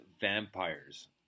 Vampires